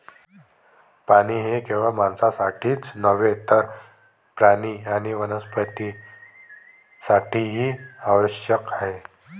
पाणी हे केवळ माणसांसाठीच नव्हे तर प्राणी आणि वनस्पतीं साठीही आवश्यक आहे